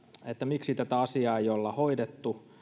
että miksi tätä asiaa ei olla hoidettu